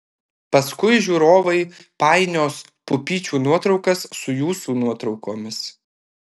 paskui žiūrovai painios pupyčių nuotraukas su jūsų nuotraukomis